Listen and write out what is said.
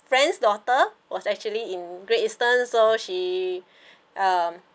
friend's daughter was actually in Great Eastern so she um